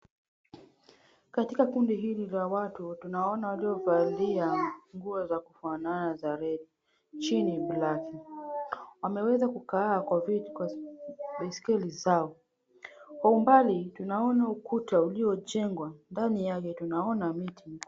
Katika kundi hili la watu tunaona walio valia nguo za kufanana za red , chini black . Wameweza kukaa kwa baiskeli zao. Kwa umbali tunaona ukuta uliojengwa, ndani yake tunaona miti.